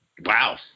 Wow